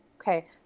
Okay